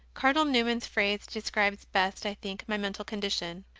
cardinal newman s phrase describes best, i think, my mental condition.